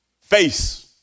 Face